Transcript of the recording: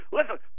Listen